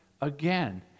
again